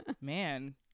Man